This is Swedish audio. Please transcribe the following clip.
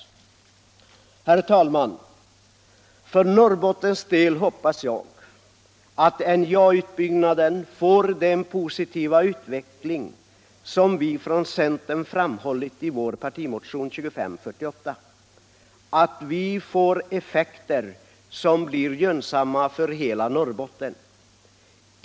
Herr talman! För Norrbottens del hoppas jag att NJA-utbyggnaden får den positiva utveckling som vi från centern framhållit i vår partimotion 2548, med effekter som blir gynnsamma för hela Norrbotten.